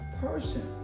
person